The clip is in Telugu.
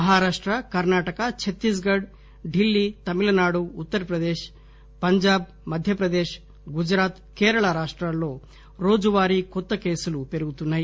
మహారాష్ట కర్నాటక ఛత్తీస్ గడ్ ఢిల్లీ తమిళనాడు ఉత్తర్ ప్రదేశ్ పంజాబ్ మధ్యప్రదేశ్ గుజరాత్ కేరళ రాష్టాల్లో రోజువారీ కొత్త కేసులు పెరుగుతున్నాయి